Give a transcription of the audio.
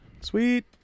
Sweet